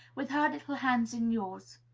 with her little hands in yours!